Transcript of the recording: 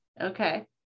okay